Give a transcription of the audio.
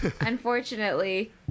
Unfortunately